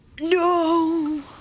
No